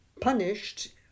punished